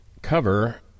cover